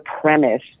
premise